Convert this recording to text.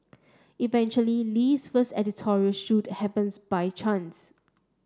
eventually Lee's first editorial shoot happens by chance